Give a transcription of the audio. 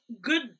good